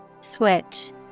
Switch